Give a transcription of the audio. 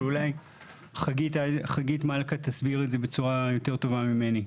אבל אולי חגית מלכה תסביר את זה בצורה יותר טובה ממני.